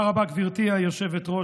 תודה רבה, גברתי היושבת-ראש.